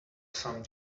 some